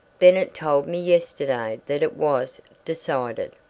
bennett told me yesterday that it was decided.